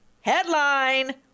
Headline